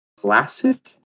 Classic